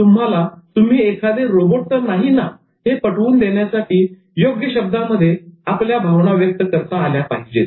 तुम्हाला तुम्ही एखादे रोबोट तर नाही ना हे पटवून देण्यासाठी योग्य शब्दांमध्ये आपल्या भावना व्यक्त करता आल्या पाहिजेत